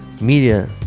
Media